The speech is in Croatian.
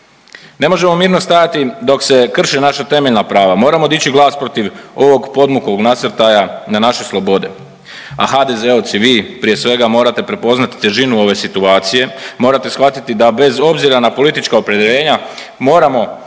Ne možemo mirno stajati dok se krše naša temeljna prava. Moramo dići glas protiv ovog podmuklog nasrtaja na naše slobode, a HDZ-ovci, vi prije svega morate prepoznati težinu ove situacije, morate shvatiti da bez obzira na politička opredjeljenja moramo